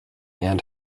and